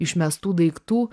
išmestų daiktų